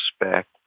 respect